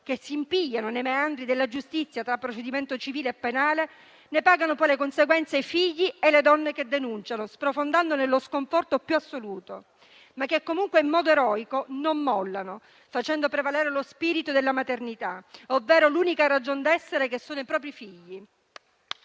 che si impigliano nei meandri della giustizia tra procedimento civile e penale, pagano poi le conseguenze i figli e le donne che denunciano, sprofondando nello sconforto più assoluto. Sono donne che comunque in modo eroico non mollano, facendo prevalere lo spirito della maternità, ovvero l'unica ragion d'essere, che sono i propri figli.